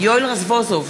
יואל רזבוזוב,